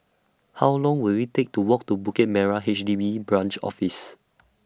How Long Will IT Take to Walk to Bukit Merah H D B Branch Office